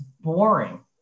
boring